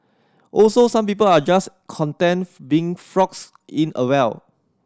also some people are just content being frogs in a well